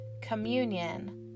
Communion